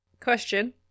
Question